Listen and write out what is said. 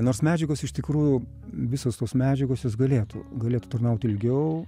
nors medžiagos iš tikrų visos tos medžiagos jos galėtų galėtų tarnaut ilgiau